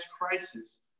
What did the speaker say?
crisis